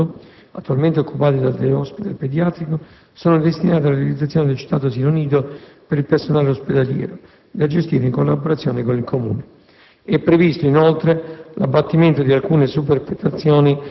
Gli spazi adiacenti all'ingresso al giardino interno di San Cosimato, attualmente occupati dal *day*-*hospital* pediatrico, sono destinati alla realizzazione del citato asilo nido per il personale ospedaliero, da gestire in collaborazione con il Comune.